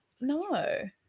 No